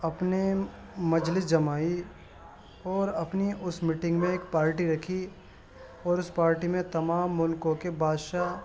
اپنے مجلس جمائی اور اپنی اس میٹنگ میں ایک پارٹی رکھی اور اس پارٹی میں تمام ملکوں کے بادشاہ